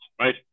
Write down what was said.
right